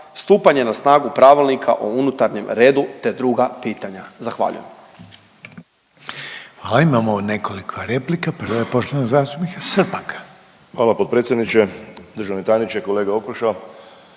stupanje na snagu Pravilnika o unutarnjem redu te druga pitanja. Zahvaljujem.